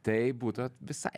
tai būtų visai